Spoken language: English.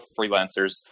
freelancers